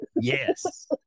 yes